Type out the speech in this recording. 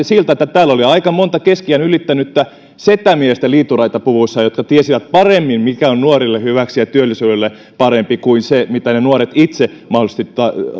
siltä että täällä oli aika monta keski iän ylittänyttä setämiestä liituraitapuvuissaan jotka tiesivät paremmin mikä on nuorille hyväksi ja työllisyydelle parempi kuin se mitä ne nuoret itse mahdollisesti